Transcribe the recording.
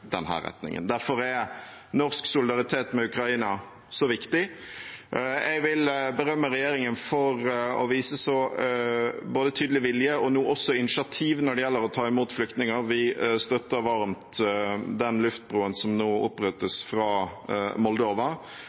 den retningen. Derfor er norsk solidaritet med Ukraina så viktig. Jeg vil berømme regjeringen for å vise både så tydelig vilje og nå også initiativ når det gjelder å ta imot flyktninger. Vi støtter varmt den luftbroen som nå opprettes fra Moldova.